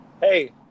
Hey